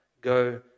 go